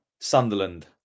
Sunderland